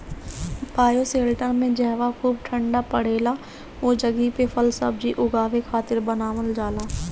bioshelter में जहवा खूब ठण्डा पड़ेला उ जगही पे फल सब्जी उगावे खातिर बनावल जाला